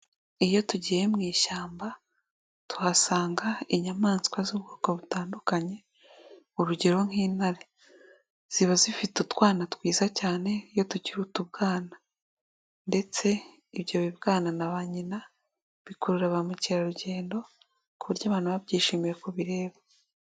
Iyo tugiye mu ishyamba tuhasanga inyamaswa z'ubwoko butandukanye urugero nk'intare, ziba zifite utwana twiza cyane iyo tukiri utubwana ndetse ibyo bibwana na ba nyina bikurura ba mukerarugendo ku buryo abantu babyishimiye kubireba.